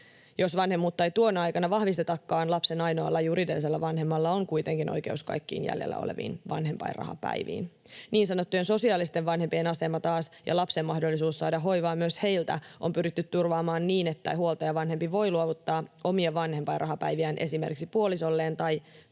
Jos vanhemmuutta ei tuona aikana vahvistetakaan, lapsen ainoalla juridisella vanhemmalla on kuitenkin oikeus kaikkiin jäljellä oleviin vanhempainrahapäiviin. Niin sanottujen sosiaalisten vanhempien asema taas ja lapsen mahdollisuus saada hoivaa myös heiltä on pyritty turvaamaan niin, että huoltajavanhempi voi luovuttaa omia vanhempainrahapäiviään esimerkiksi puolisolleen tai toisen